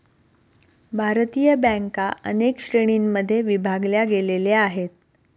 भारतीय बँका अनेक श्रेणींमध्ये विभागल्या गेलेल्या आहेत